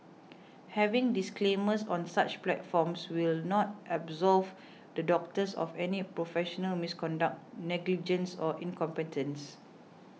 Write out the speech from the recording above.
having disclaimers on such platforms will not absolve the doctors of any professional misconduct negligence or incompetence